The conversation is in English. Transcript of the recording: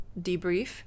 debrief